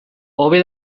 hobe